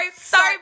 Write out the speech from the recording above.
sorry